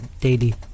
daily